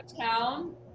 town